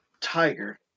Tiger